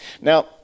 Now